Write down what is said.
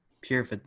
pure